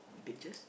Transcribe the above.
pictures